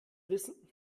wissen